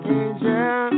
angel